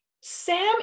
Sam